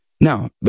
now